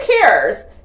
cares